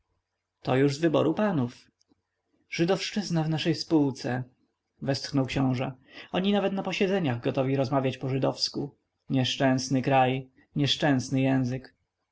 to już z wyboru panów żydowszczyzna w naszej spółce westchnął książe oni nawet na posiedzeniach gotowi rozmawiać po żydowsku nieszczęsny kraj nieszczęsny język